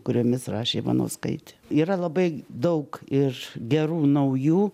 kuriomis rašė ivanauskaitė yra labai daug ir gerų naujų